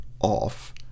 off